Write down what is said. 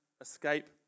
escape